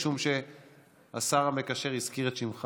משום שהשר המקשר הזכיר את שמך